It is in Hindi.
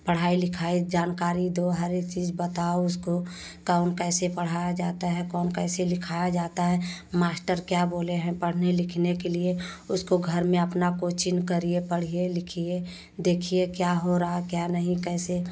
पढ़ाई लिखाई जानकारी दो हर एक चीज़ बताओ उसको कौन कैसे पढ़ाया जाता है कौन कैसे लिखाया जाता है मास्टर क्या बोले हैं पढ़ने लिखने के लिए उसको घर में अपना कोचिंग करिए पढ़िए लिखिए देखिए क्या हो रहा है क्या नहीं कैसे